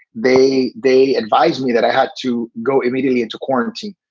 they they advised me that i had to go immediately into quarantine.